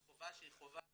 זה חובה שהיא חובה,